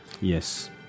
Yes